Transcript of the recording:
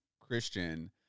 christian